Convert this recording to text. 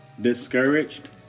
discouraged